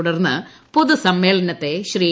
തുടർന്ന് പൊതു സമ്മേളനത്തെ ശ്രീ